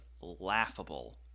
laughable